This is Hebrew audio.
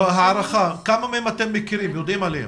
להערכתך, כמה מהם אתם מכירים ויודעים עליהם?